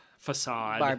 Facade